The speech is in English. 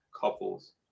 couples